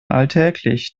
alltäglich